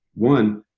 one,